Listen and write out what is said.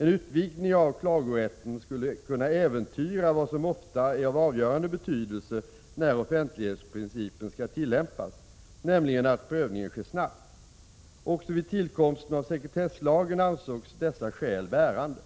En utvidgning av klagorätten skulle kunna äventyra vad som ofta är av avgörande betydelse när offentlighetsprincipen skall tillämpas, nämligen att prövningen sker snabbt. Också vid tillkomsten av sekretesslagen ansågs dessa skäl bärande.